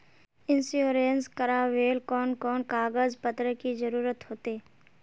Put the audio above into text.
Insurance करावेल कोन कोन कागज पत्र की जरूरत होते?